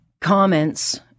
comments